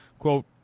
Quote